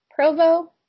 Provo